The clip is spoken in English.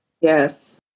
Yes